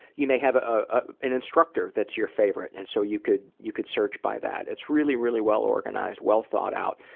you may have ah ah an instructor that's your favorite. and so you could you could search by that. it's really really well-organized, well thought out.